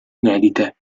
inedite